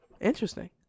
interesting